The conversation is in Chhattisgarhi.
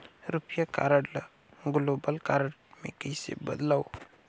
रुपिया कारड ल ग्लोबल कारड मे कइसे बदलव?